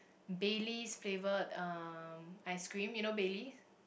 Bailey's flavoured um ice-cream you know Bailey's